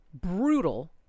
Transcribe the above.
brutal